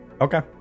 Okay